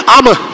I'ma